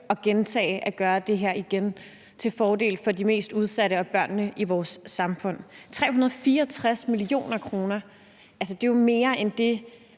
at gentage at gøre det her igen til fordel for de mest udsatte og børnene i vores samfund. Altså, 364 mio. kr. er jo mere end det,